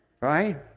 Right